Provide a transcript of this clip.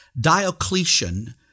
Diocletian